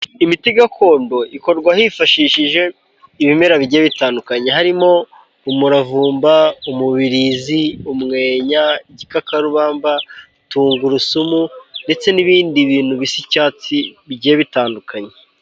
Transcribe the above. Imiti gakondo ikorwa hifashishijwe ibimera bigiye bitandukanye harimo umuravumba, umubirizi, umwenya, igikarubamba, tungurusumu ndetse n'ibindi bintu bisa icyatsi bigiye bitandukanye.